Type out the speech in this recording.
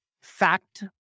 fact